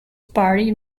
party